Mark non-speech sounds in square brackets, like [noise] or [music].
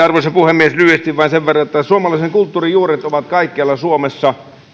[unintelligible] arvoisa puhemies lyhyesti vain sen verran että suomalaisen kulttuurin juuret ovat kaikkialla suomessa